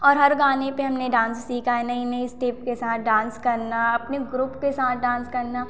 और हर गाने पर हमने डांस सीखा है नई नई स्टेप के साथ डांस करना अपने ग्रुप के साथ डांस करना